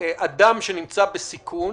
אדם שנמצא בסיכון,